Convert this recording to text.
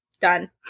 done